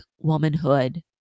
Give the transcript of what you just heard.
womanhood